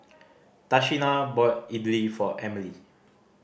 Tashina bought Idili for Emelie